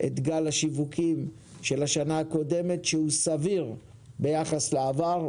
את גל השיווקים של השנה הקודמת שהוא סביר ביחס לעבר,